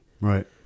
Right